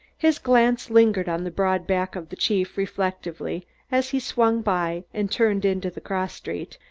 his glance lingered on the broad back of the chief reflectively as he swung by and turned into the cross street,